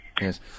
Yes